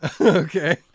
Okay